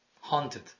haunted